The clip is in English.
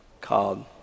called